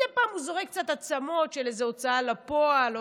מדי פעם הוא זורק קצת עצמות של איזה הוצאה לפועל או